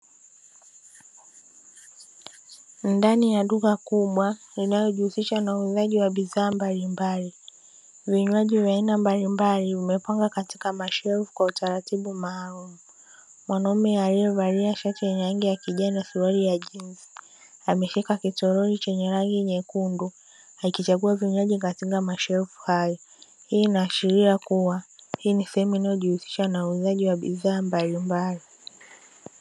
Ndani ya duka kubwa linalojihusisha na uuzaji wa bidhaa mbalimbali, vinywaji vya aina mbalimbali vimepanga katika mashelfu kwa utaratibu maalum. Mwanaume aliye valia sharti lenye rangi ya kijana suruali ya jinsi ameshika kitorori chenye rangi nyekundu akichagua vinywaji katika mashelfu hayo, hii inaashiria kuwa hii ni sehemu inayojihusisha na uuzaji wa bidhaa mbalimbali.